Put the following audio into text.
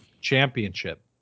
championship